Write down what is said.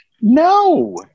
No